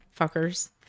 fuckers